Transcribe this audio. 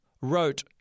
wrote